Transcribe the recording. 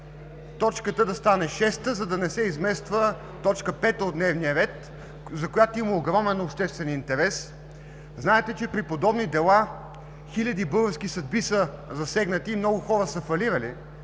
точката да стане шеста, за да не се измества т. 5 от дневния ред, за която има огромен обществен интерес. Знаете, че при подобни дела хиляди български съдби са засегнати и много хора са фалирали